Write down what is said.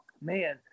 man